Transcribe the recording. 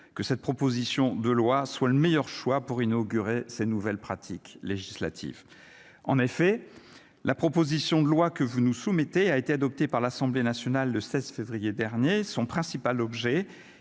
que cette proposition de loi, soit le meilleur choix pour inaugurer ses nouvelles pratiques législatif en effet la proposition de loi que vous nous soumettez a été adopté par l'Assemblée nationale le 16 février dernier son principal objet